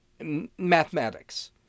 mathematics